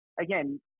again